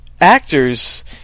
actors